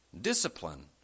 Discipline